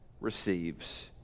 receives